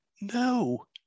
No